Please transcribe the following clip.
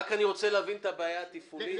אני רק רוצה להבין את הבעיה התפעולית,